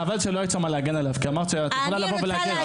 חבל שלא היית שם להגן עליו כי אמרת שאת יכולה לבוא ולהגן.